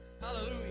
hallelujah